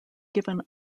given